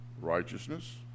righteousness